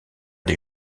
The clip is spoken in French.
des